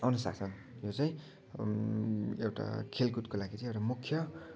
अनुशासन यो चाहिँ एउटा खेलकुदको लागि चाहिँ एउटा मुख्य